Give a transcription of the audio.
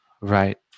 Right